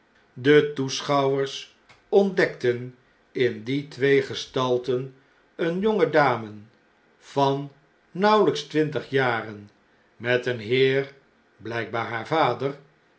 de toeschouwers ontdekten in die twee gestalten eene jonge dame van nauweljjks twintig jaren met een heer bljjkbaar haar vader